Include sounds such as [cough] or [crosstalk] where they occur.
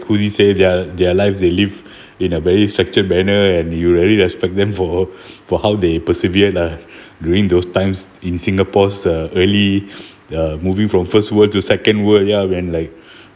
who this say their their life they live [breath] in a very structured manner and you really respect them for [breath] for how they persevered lah [breath] during those times in singapore uh early [breath] uh moving from first world to second world ya when like